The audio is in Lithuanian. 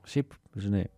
šiaip žinai